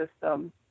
system